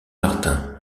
martin